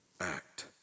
act